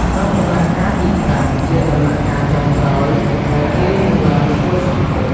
នៅដំណាក់កាលទី៥ ជាដំណាក់កាលចុងក្រោយ ដែលត្រៀមនឹងឡើងធ្វើសំបុក។